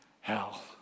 hell